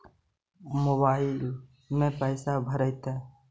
Mobile में पैसा भरैतैय?